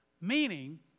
Meaning